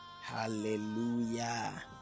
Hallelujah